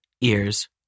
ears